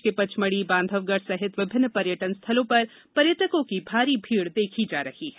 प्रदेश को पचमढ़ी बांधवगढ़ सहित विभिन्न पर्यटन स्थलों पर पर्यटकों की भारी भीड़ देखी जा रही है